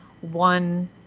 one